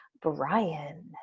Brian